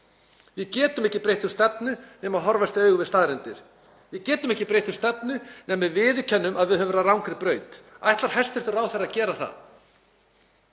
Við getum ekki breytt um stefnu nema horfast í augu við staðreyndir. Við getum ekki breytt um stefnu nema við viðurkennum að við höfum verið á rangri braut. Ætlar hæstv. ráðherra að gera það?